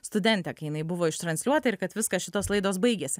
studentė kai jinai buvo ištransliuota ir kad viskas šitos laidos baigėsi